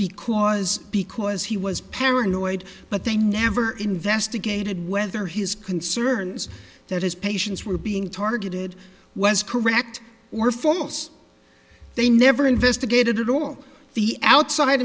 because because he was paranoid but they never investigated whether his concerns that his patients were being targeted was correct or foremost they never investigated at all the outside